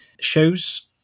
shows